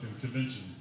convention